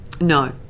No